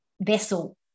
vessel